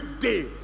day